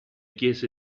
chiese